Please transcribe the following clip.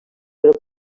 però